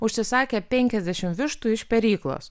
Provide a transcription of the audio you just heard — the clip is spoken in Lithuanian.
užsisakė penkiasdešimt vištų iš peryklos